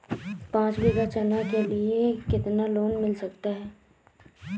पाँच बीघा चना के लिए कितना लोन मिल सकता है?